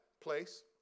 place